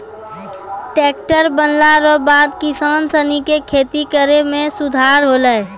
tractor बनला रो बाद किसान सनी के खेती करै मे सुधार होलै